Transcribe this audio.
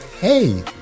hey